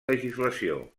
legislació